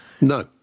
No